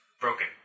Broken